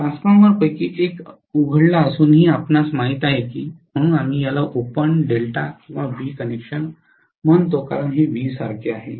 ट्रान्सफॉर्मर्सपैकी एक उघडला असूनही आपणास माहित आहे म्हणून आम्ही याला ओपन डेल्टा किंवा व्ही कनेक्शन म्हणतो कारण हे व्ही सारखे आहे